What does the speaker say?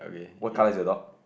what car is your dog